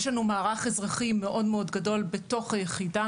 יש לנו מערך אזרחי מאוד גדול בתוך היחידה